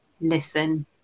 listen